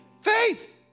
faith